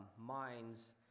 minds